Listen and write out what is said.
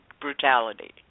brutality